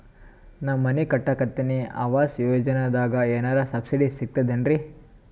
ನಾ ಮನಿ ಕಟಕತಿನಿ ಆವಾಸ್ ಯೋಜನದಾಗ ಏನರ ಸಬ್ಸಿಡಿ ಸಿಗ್ತದೇನ್ರಿ?